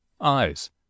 Eyes